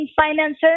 finances